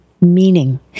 Meaning